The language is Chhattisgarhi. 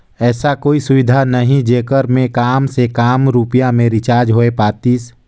ऐसा कोई सुविधा नहीं जेकर मे काम से काम रुपिया मे रिचार्ज हो पातीस?